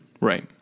Right